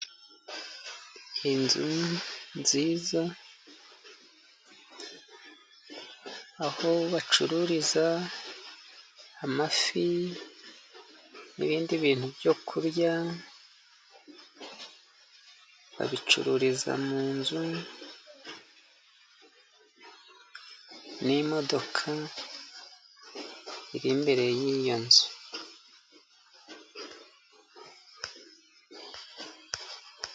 Inzu nziza aho bacururiza amafi, nibindi bintu byo kurya, babicururiza muzu, n'imodoka iri imbere y'iyo nzu.